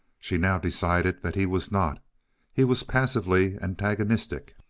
she now decided that he was not he was passively antagonistic.